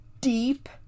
deep